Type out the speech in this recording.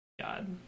God